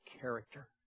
character